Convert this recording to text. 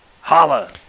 Holla